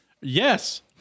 Yes